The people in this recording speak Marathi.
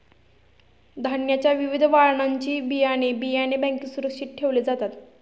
धान्याच्या विविध वाणाची बियाणे, बियाणे बँकेत सुरक्षित ठेवले जातात